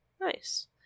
nice